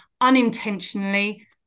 unintentionally